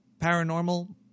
paranormal